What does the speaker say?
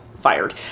fired